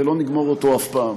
ולא נגמור אותו אף פעם.